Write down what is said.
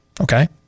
okay